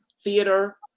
theater